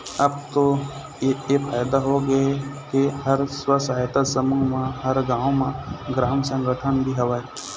अब तो ऐ फायदा होगे के हर स्व सहायता समूह म हर गाँव म ग्राम संगठन भी हवय